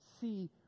see